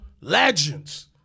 legends